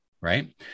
right